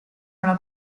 nella